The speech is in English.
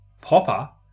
popper